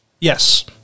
Yes